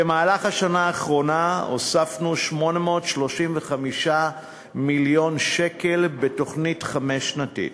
במהלך השנה האחרונה הוספנו 835 מיליון שקל בתוכנית חמש-שנתית